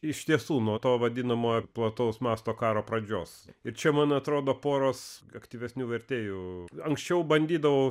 iš tiesų nuo to vadinamojo plataus masto karo pradžios ir čia man atrodo poros aktyvesnių vertėjų anksčiau bandydavau